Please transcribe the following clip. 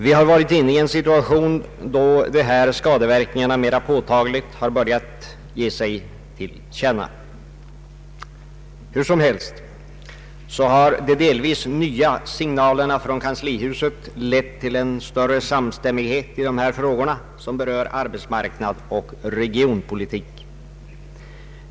Vi har nyligen varit inne i en speciell situation där dessa skadeverkningar mer påtagligt har börjat ge sig till känna. Hur som helst har de delvis nya signalerna från kanslihuset lett till en större samstämmighet mellan olika meningsriktningar i de frågor som berör arbetsmarknad och regionpolitik.